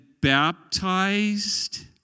baptized